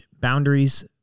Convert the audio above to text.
boundaries